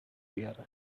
بیارم